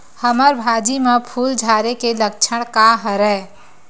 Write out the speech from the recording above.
हमर भाजी म फूल झारे के लक्षण का हरय?